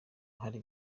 hari